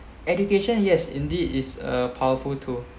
education yes indeed is a powerful tool